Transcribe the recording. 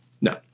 No